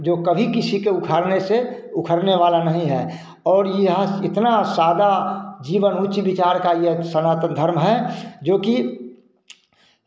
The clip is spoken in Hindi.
जो कभी किसी के उखाड़ने से उखड़ने वाला नहीं है और यह इतना सादा जीवन उच्च विचार का यह सनातन धर्म है जो कि